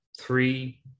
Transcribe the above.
three